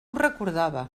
recordava